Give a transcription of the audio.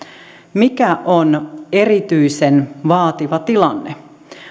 mikä on erityisen vaativa tilanne